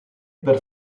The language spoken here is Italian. per